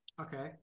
Okay